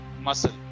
muscle